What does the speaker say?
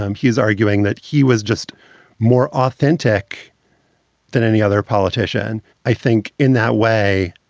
um he is arguing that he was just more authentic than any other politician. i think in that way,